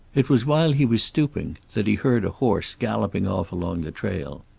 it was while he was stooping that he heard a horse galloping off along the trail.